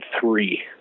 three